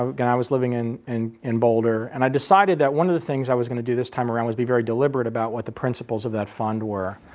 um i was living in and in boulder and i decided that one of the things i was going to do this time around was be very deliberate about what the principles of that fund were.